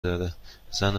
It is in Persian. داره، زن